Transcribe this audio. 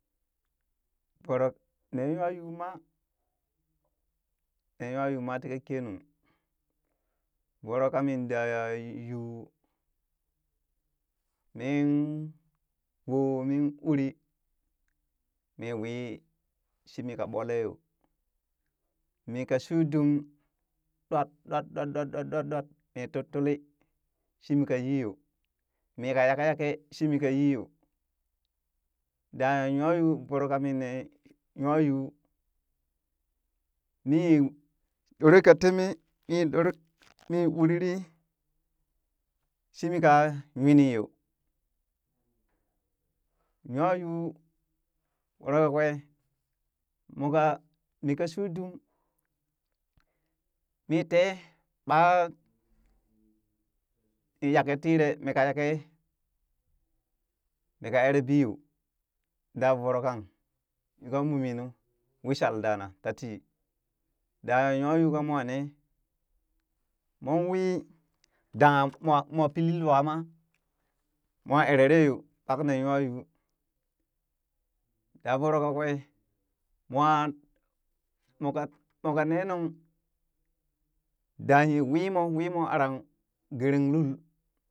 voro nee nywayuu ma nee nywayuu ma tika kenung voro kamin da yuu min wooh min uri mii wii shima ka ɓoolee yoo mii ka shuu dum ɗwat ɗwat ɗwat ɗwat ɗwat ɗwat mi tuttuli shimi ka yii yoo mi ka yekeyeke shi ka yii yoo daa nywa yuu voro kamin nee nywa yuu mii ɗoore ka teemee mii ɗor mii uriri shimi ka nwini yoo nwa yuu voro kakwee mooka mii ka shuu dum mii tee ɓaa yake tiree mika yake mika eree bii yoo daa voro kan yukan muminu wishal dana tatii da nwa yuu kamoo nee moon wii dangha mwa mwa pili lwaa maa moo erere yoo kpak nee nwa yuu da voro ka kwee mwoan moka moka ne nung daa nyi wiimoo wiimoo aran gerenlul,